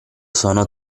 sono